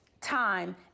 time